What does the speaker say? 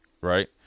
right